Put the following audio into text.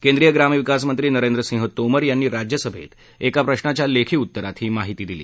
केंद्रीय ग्रामविकास मंत्री नरेंद्र सिंह तोमर यांनी राज्यसभेत एका प्रशाच्या लेखी उत्तरात ही माहिती दिली